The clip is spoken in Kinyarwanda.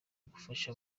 gufasha